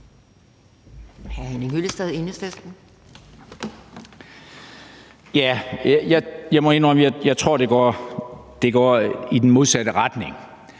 jeg tror, det går i den modsatte retning.